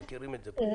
אנחנו מכירים את זה פה.